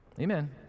Amen